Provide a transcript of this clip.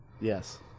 Yes